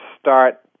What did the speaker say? start